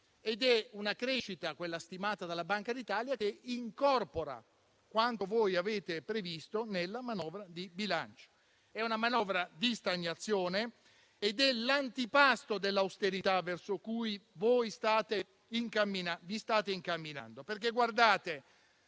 Ed è una crescita, quella stimata dalla Banca d'Italia, che incorpora quanto voi avete previsto nella manovra di bilancio. È una manovra di stagnazione ed è l'antipasto dell'austerità verso cui voi vi state incamminando, perché il